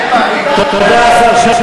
בוא נאמר, לא בדיוק, סליחה, תודה, השר שלום.